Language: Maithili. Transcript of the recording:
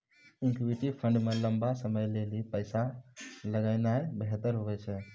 इक्विटी फंड मे लंबा समय लेली पैसा लगौनाय बेहतर हुवै छै